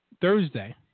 Thursday